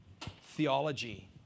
theology